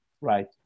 Right